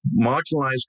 marginalized